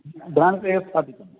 भ्रान्तेव स्थापितं